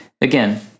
again